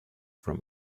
from